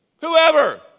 Whoever